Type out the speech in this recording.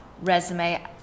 resume